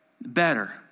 better